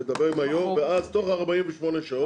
צריך לדבר עם היו"ר, ואז תוך 48 שעות,